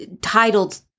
titled